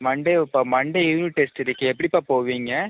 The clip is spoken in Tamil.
மண்டேவா பா மண்டே யூனிட் டெஸ்ட் இருக்கே எப்படிப்பா போவீங்க